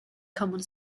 common